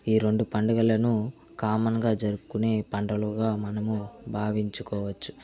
ఈ రెండు పండగలను కామన్గా జరుపుకునే పండుగలగా మనం భావించుకోవచ్చు